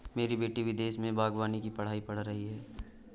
मेरी बेटी विदेश में बागवानी की पढ़ाई पढ़ रही है